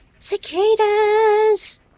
Cicadas